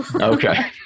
Okay